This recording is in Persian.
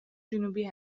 جنوبی